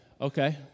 Okay